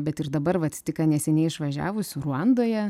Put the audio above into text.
bet ir dabar vat tik ką neseniai išvažiavusių ruandoje